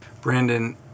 Brandon